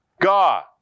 God